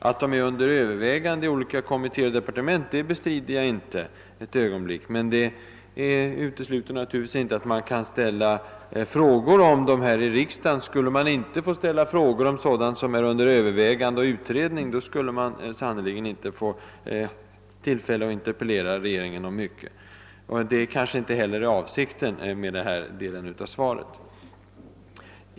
Att de är under övervägande i olika kommittéer och departement bestrider jag inte ett ögonblick, men det utesluter naturligtvis inte att man kan ställa frågor om dem i riksdagen; skulle man inte få ställa frågor om sådant som är under övervägande och utredning, skulle man sannerligen inte få tillfälle: att interpellera regeringen om mycket. Men att påstå något sådant var kanske inte heller statsrådets avsikt med denna del av svaret.